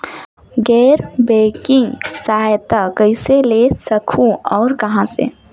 गैर बैंकिंग सहायता कइसे ले सकहुं और कहाँ से?